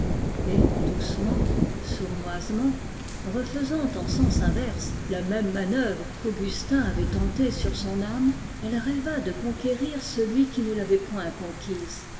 et sournoisement refaisant en sens inverse la même manœuvre qu'augustin avait tentée sur son âme elle rêva de conquérir celui qui ne l'avait point conquise